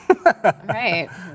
right